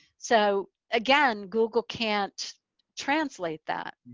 so again, google can't translate that.